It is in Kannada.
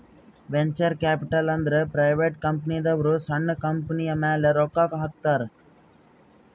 ವೆಂಚರ್ ಕ್ಯಾಪಿಟಲ್ ಅಂದುರ್ ಪ್ರೈವೇಟ್ ಕಂಪನಿದವ್ರು ಸಣ್ಣು ಕಂಪನಿಯ ಮ್ಯಾಲ ರೊಕ್ಕಾ ಹಾಕ್ತಾರ್